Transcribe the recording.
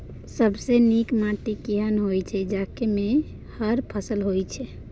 सबसे नीक माटी केना होय छै, जाहि मे हर फसल होय छै?